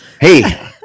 Hey